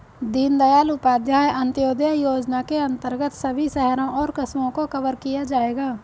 दीनदयाल उपाध्याय अंत्योदय योजना के अंतर्गत सभी शहरों और कस्बों को कवर किया जाएगा